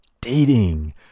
dating